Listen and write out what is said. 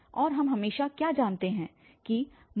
और हम हमेशा क्या जानते हैं की ek